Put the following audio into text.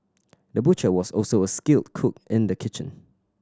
the butcher was also a skilled cook in the kitchen